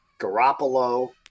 Garoppolo